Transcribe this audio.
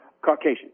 Caucasian